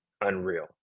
unreal